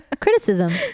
criticism